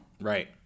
Right